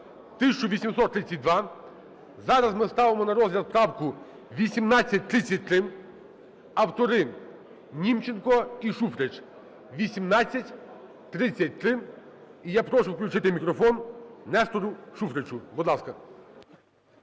1832. Зараз ми ставимо на розгляд правку 1833. Автори – Німченко і Шуфрич. 1833. І я прошу включити мікрофон Нестору Шуфричу. Будь ласка.